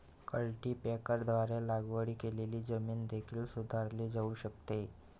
कल्टीपॅकरद्वारे लागवड केलेली जमीन देखील सुधारली जाऊ शकते